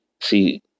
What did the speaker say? see